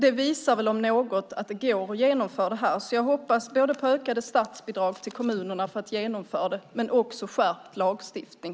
Det visar väl att det går att genomföra detta. Jag hoppas på ökade statsbidrag till kommunerna för att genomföra det samt skärpt lagstiftning.